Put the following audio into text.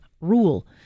rule